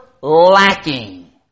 lacking